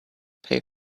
pay